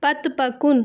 پتہٕ پکُن